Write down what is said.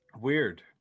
Weird